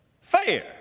fair